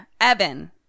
Evan